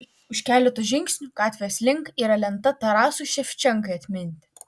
už keleto žingsnių gatvės link yra lenta tarasui ševčenkai atminti